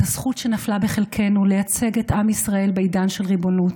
את הזכות שנפלה בחלקנו לייצג את עם ישראל בעידן של ריבונות,